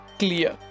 clear